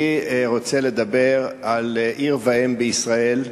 אני רוצה לדבר על עיר ואם בישראל,